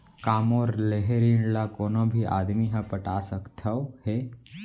का मोर लेहे ऋण ला कोनो भी आदमी ह पटा सकथव हे?